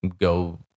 go